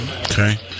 Okay